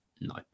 no